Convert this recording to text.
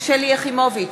שלי יחימוביץ,